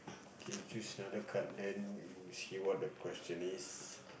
okay choose another card then you see what the question is